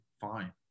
fine